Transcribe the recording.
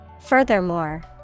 Furthermore